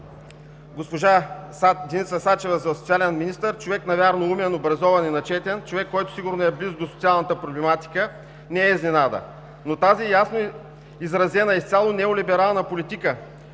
госпожа Деница Сачева за социален министър – човек, навярно, умен, образован и начетен, човек, който сигурно е близо до социалната проблематика, не е изненада, но тази ясно изразена неолиберална политика,